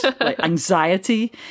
anxiety